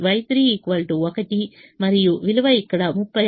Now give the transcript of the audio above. Y3 1 మరియు విలువ ఇక్కడ 36 ఉంటుంది